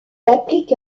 applique